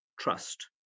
trust